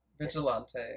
Vigilante